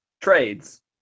Trades